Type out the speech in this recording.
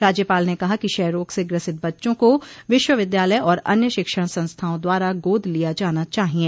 राज्यपाल ने कहा कि क्षय रोग से ग्रसित बच्चों को विश्वविद्यालय और अन्य शिक्षण संस्थाओं द्वारा गोद लिया जाना चाहिये